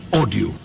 audio